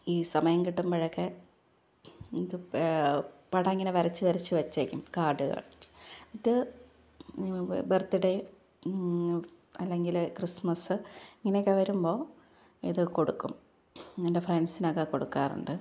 ഈ സമയം കിട്ടുമ്പോഴൊക്കെ എനിക്ക് പടം ഇങ്ങനെ വരച്ചു വരച്ചു വച്ചിരിക്കും കാര്ഡുകള് എന്നിട്ട് ബര്ത്ത്ഡേ അല്ലെങ്കിൽ ക്രിസ്മസ് അങ്ങനെയൊക്കെ വരുമ്പോൾ ഇത് കൊടുക്കും എന്റെ ഫ്രണ്ട്സിനൊക്കെ കൊടുക്കാറുണ്ട്